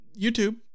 YouTube